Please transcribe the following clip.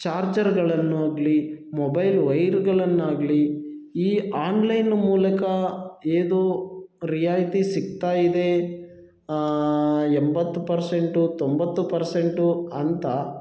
ಚಾರ್ಜರ್ಗಳನ್ನಾಗ್ಲಿ mobile ವೈರ್ಗಳನ್ನಾಗ್ಲಿ ಈ online ಮೂಲಕ ಏದೋ ರಿಯಾಯಿತಿ ಸಿಗ್ತಾ ಇದೆ ಎಂಬತ್ತು ಪರ್ಸೆಂಟು ತೊಂಬತ್ತು ಪರ್ಸೆಂಟು ಅಂತ